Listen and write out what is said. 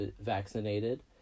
vaccinated